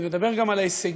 אם לדבר גם על ההישגים,